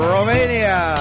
Romania